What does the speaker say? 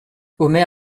omer